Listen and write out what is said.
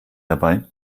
dabei